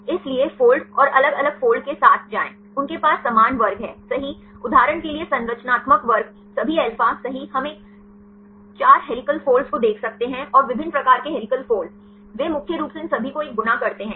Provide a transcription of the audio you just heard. इसलिए फोल्ड और अलग अलग फोल्ड के साथ जाएं उनके पास समान वर्ग हैसही उदाहरण के लिए संरचनात्मक वर्ग सभी अल्फा सही हम एक 4 हेलिकल फोल्ड्स को देख सकते हैं और विभिन्न प्रकार के हेलिकल फोल्ड्स वे मुख्य रूप से इन सभी को एक गुना करते हैं